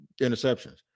interceptions